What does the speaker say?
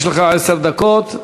יש לך עשר דקות.